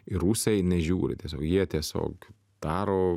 ir rusai nežiūri tiesiog jie tiesiog daro